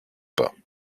pas